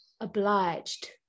obliged